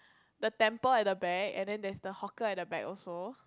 the temple at the back and then there's the hawker at the back also